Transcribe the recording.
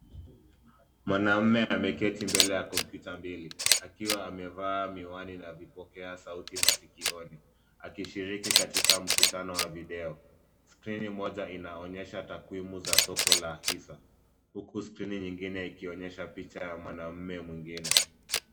Mwanaume ameketi mbele ya kompyuta mbili akiwa amevaa miwani na vipokea sauti masikioni akishiriki katika mkutano wa video. Skrini moja inaonyesha takwimu za soko la hisa, huku skrini nyingine ikionyesha picha ya mwanaume mwingine.